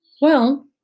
Well